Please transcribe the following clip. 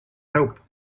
help